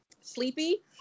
sleepy